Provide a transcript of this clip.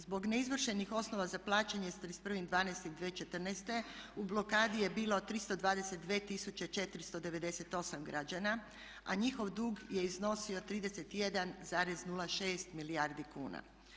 Zbog neizvršenih osnova za plaćanje s 31.12.2014. u blokadi je bilo 322 498 građana a njihov dug je iznosio 31,06 milijardi kuna.